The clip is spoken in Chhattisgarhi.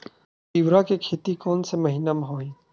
तीवरा के खेती कोन से महिना म होही?